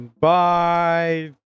Bye